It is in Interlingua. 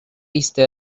iste